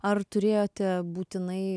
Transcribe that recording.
ar turėjote būtinai